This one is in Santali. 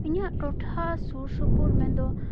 ᱤᱧᱟᱹᱜ ᱴᱚᱴᱷᱟ ᱥᱩᱨ ᱥᱩᱯᱩᱨ ᱢᱮᱱᱫᱚ